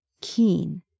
keen